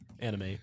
anime